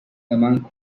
among